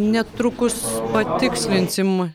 netrukus patikslinsim